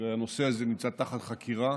והנושא הזה נמצא תחת חקירה.